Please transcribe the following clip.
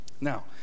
Now